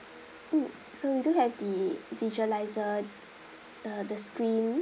mm so we do have the visualizer the the screen